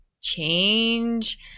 change